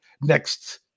next